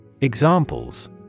Examples